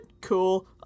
Cool